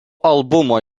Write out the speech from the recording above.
albumo